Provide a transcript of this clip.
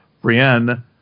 Brienne